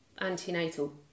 antenatal